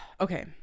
Okay